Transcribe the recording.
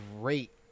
great